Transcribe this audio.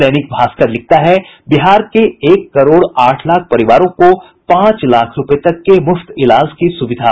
दैनिक भास्कर लिखता है बिहार के एक करोड़ आठ लाख परिवारों को पांच लाख रूपये तक के मुफ्त इलाज की सुविधा